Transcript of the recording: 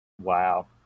Wow